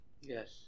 Yes